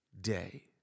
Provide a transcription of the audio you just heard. day